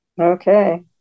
Okay